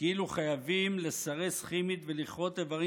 כאילו חייבים לסרס כימית ולכרות איברים